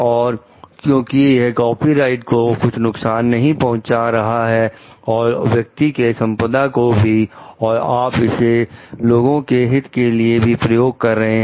और क्योंकि यह कॉपीराइट को कुछ नुकसान नहीं पहुंचा रहा है और व्यक्ति के संपदा को भी और आप इसे लोगों के हित के लिए भी प्रयोग कर रहे हैं